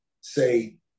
say